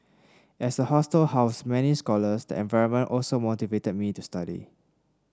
as the hostel housed many scholars the environment also motivated me to study